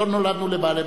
נכון.